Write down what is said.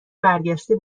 برگشته